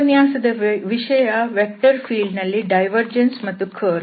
ಉಪನ್ಯಾಸದ ವಿಷಯ vector field ನಲ್ಲಿ ಡೈವರ್ಜೆನ್ಸ್ ಮತ್ತು ಕರ್ಲ್